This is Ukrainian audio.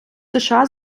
сша